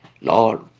Lord